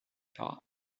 thought